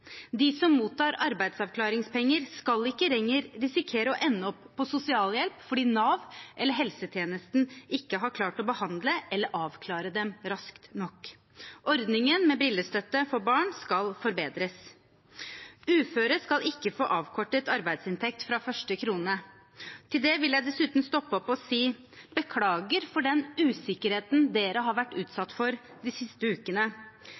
De som mottar arbeidsavklaringspenger, skal ikke lenger risikere å ende opp på sosialhjelp fordi Nav eller helsetjenesten ikke har klart å behandle eller avklare dem raskt nok. Ordningen med brillestøtte for barn skal forbedres. Uføre skal ikke få avkortet arbeidsinntekt fra første krone. Til det vil jeg dessuten stoppe opp og si: Beklager for den usikkerheten dere har vært utsatt for de siste ukene.